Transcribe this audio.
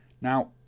now